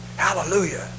hallelujah